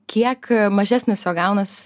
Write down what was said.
kiek mažesnis jo gaunasi